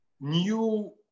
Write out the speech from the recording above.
new